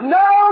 no